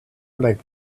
like